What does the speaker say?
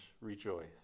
Rejoice